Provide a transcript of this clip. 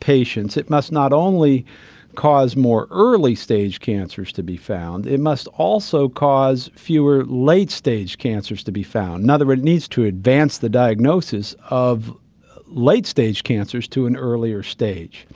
patients it must not only cause more early-stage cancers to be found, it must also cause fewer late stage cancers to be found. in other words, it needs to advance the diagnosis of late-stage cancers to an earlier stage.